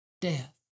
death